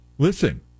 Listen